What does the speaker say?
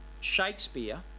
Shakespeare